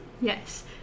Yes